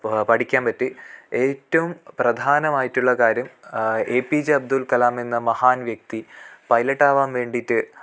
പഠിക്കാൻ പറ്റി ഏറ്റവും പ്രധാനമായിട്ടുള്ള കാര്യം A P J Abdul Kalam എന്ന മഹാൻ വ്യക്തി പൈലറ്റാകാൻ വേണ്ടിയിട്ട്